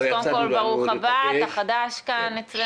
קודם כל, ברוך הבא, אתה חדש כאן אצלנו.